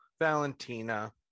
Valentina